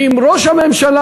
ואם ראש הממשלה,